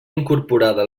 incorporada